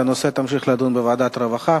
הנושא ימשיך להיות נדון בוועדת הרווחה.